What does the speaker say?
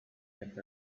kept